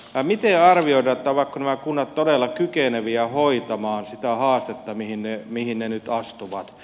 miten arvioidaan ovatko nämä kunnat todella kykeneviä hoitamaan sitä haastetta mihin ne nyt astuvat